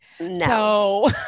No